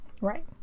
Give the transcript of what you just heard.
Right